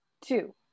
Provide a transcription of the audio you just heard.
two